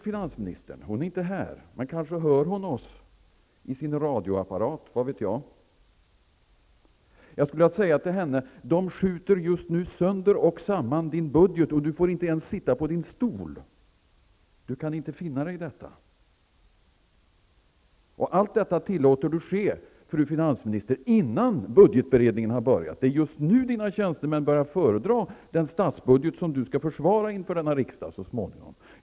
Finansministern är inte här, men kanske hör hon oss i sin radioapparat -- vad vet jag? Jag skulle vilja säga till henne: De skjuter just nu sönder och samman din budget, och du får inte ens sitta på din stol. Du kan inte finna dig i detta. Allt detta tillåter du ske, fru finansminister, innan budgetberedningen har börjat. Det är just nu dina tjänstemän börjar föredra den statsbudget som du skall försvara inför denna riksdag så småningom.